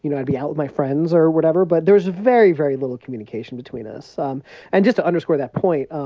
you know i'd be out with my friends or whatever. but there was very, very little communication between us um and just to underscore that point,